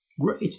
great